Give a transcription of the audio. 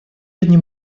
одним